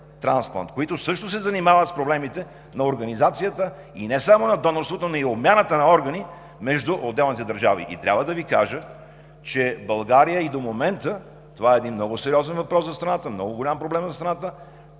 transplant, които също се занимават с проблемите на организацията и не само на донорството, но и обмяната на органи между отделните държави. Трябва да Ви кажа, че в България и до момента това е един много сериозен въпрос за страната, много голям проблем за страната.